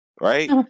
Right